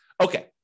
Okay